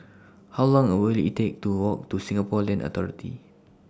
How Long Will IT Take to Walk to Singapore Land Authority